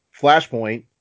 flashpoint